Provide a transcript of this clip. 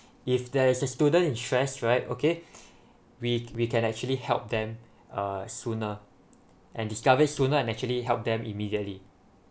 if there is a student in stress right okay we we can actually help them uh sooner and discovers sooner can actually help them immediately